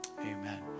Amen